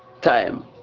time